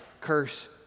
curse